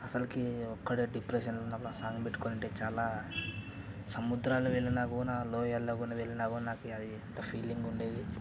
అసలకి ఒక్కడే డిప్రెషన్ ఉన్నప్పుడు ఆ సాంగ్ పెట్టుకొని వింటే చాలా సముద్రాలు వెళ్ళినా కూడా లోయల్లో కూడా వెళ్ళినా కూడా నాకు అది అంత ఫీలింగ్ ఉండేది